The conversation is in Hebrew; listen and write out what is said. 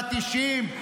הפטישים,